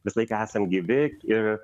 visąlaik esam gyvi ir